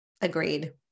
agreed